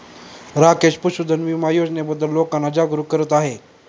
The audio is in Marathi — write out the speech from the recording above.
राकेश पशुधन विमा योजनेबद्दल लोकांना जागरूक करत आहे